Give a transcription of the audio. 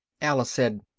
alice said,